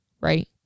right